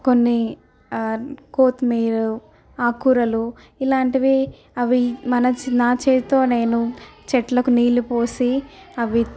కొన్ని కోతిమీర ఆకూరలు ఇలాంటివి అవి మన చే నాచేత్తో నేను చెట్లకు నీళ్లు పోసి అవి